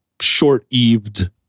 short-eaved